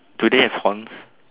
do they have horns